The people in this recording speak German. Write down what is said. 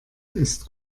ist